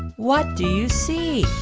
what do you see?